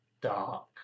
dark